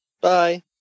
Bye